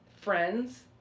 friends